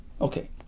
Okay